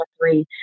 three